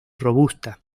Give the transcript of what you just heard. robusta